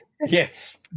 Yes